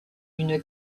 une